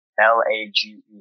L-A-G-E